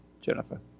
Jennifer